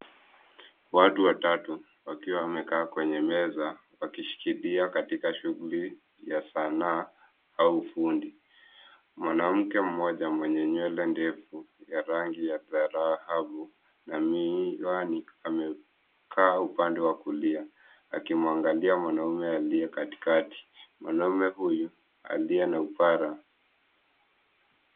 Watu watatu wakiwa wamekaa kwenye meza wakishikilia katika shughuli ya sanaa au ufundi. Mwanamke mmoja mwenye nywele ndefu ya rangi ya dhahabu na miwani amekaa upande wa kulia akimwangalia mwanaume aliye katikati. Mwanaume huyu aliye na upara.